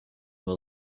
will